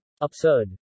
Absurd